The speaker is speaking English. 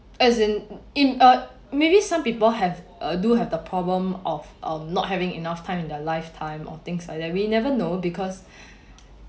as in in uh maybe some people have uh do have the problem of um not having enough time in their lifetime or things like that we never know because